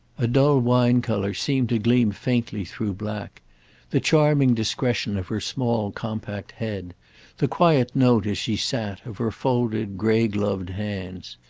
a dull wine-colour seemed to gleam faintly through black the charming discretion of her small compact head the quiet note, as she sat, of her folded, grey-gloved hands.